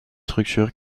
structures